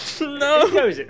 No